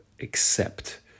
accept